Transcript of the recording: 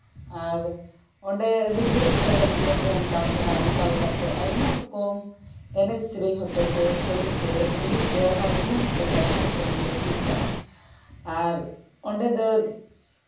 ᱟᱨ ᱚᱸᱰᱮ ᱵᱮᱥ ᱠᱟᱡᱟᱠ ᱜᱮᱞᱮ ᱛᱟᱦᱮᱱ ᱠᱟᱱ ᱛᱟᱦᱮᱱᱟ ᱱᱚᱝᱠᱟ ᱞᱮᱠᱟᱛᱮ ᱟᱭᱢᱟ ᱨᱚᱠᱚᱢ ᱮᱱᱮᱡ ᱥᱮᱹᱨᱮᱹᱧ ᱦᱚᱛᱮᱛᱮ ᱠᱟᱹᱢᱤ ᱛᱮ ᱢᱤᱢᱤᱫ ᱵᱮᱣᱦᱟᱨ ᱜᱩᱱ ᱦᱚᱛᱮ ᱛᱮ ᱟᱭᱢᱟ ᱨᱚᱠᱚᱢ ᱜᱮᱞᱮ ᱪᱮᱫ ᱠᱟᱜᱼᱟ ᱟᱨ ᱚᱸᱰᱮ ᱫᱚ